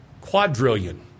Quadrillion